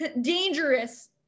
dangerous